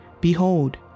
Behold